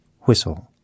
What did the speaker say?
whistle